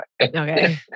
Okay